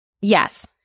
Yes